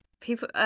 People